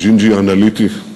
ג'ינג'י אנליטי,